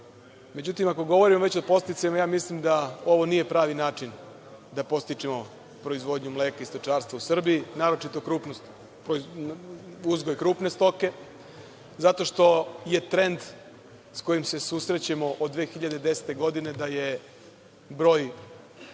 itd.Međutim ako govorimo već o podsticajima, ja mislim da ovo nije pravi način da podstičemo proizvodnju mleka i stočarstva u Srbiji, naročito kroz uzgoj krupne stoke, zato što je trend s kojim se susrećemo od 2010. godine, da je broj